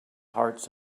hearts